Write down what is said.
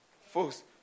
Folks